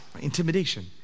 Intimidation